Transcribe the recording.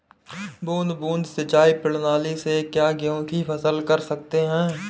बूंद बूंद सिंचाई प्रणाली से क्या गेहूँ की फसल कर सकते हैं?